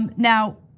um now,